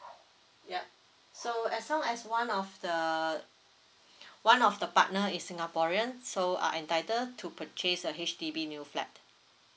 yup so as long as one of the one of the partner is singaporean so are entitled to purchase a H_D_B new flat